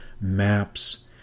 maps